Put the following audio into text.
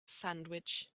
sandwich